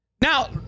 Now